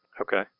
Okay